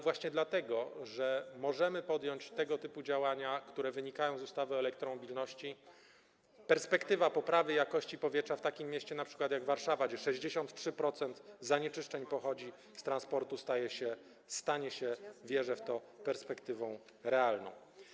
Właśnie dlatego że możemy podjąć tego typu działania, które wynikają z ustawy o elektromobilności, perspektywa poprawy jakości powietrza w takim mieście np. jak Warszawa, gdzie 63% zanieczyszczeń pochodzi z transportu, stanie się - wierzę w to - perspektywą realną.